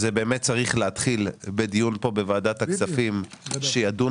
זה באמת צריך להתחיל בדיון כאן בוועדת הכספים שתדון